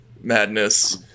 madness